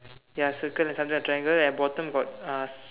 ya circle and something like triangle and bottom got uh